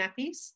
nappies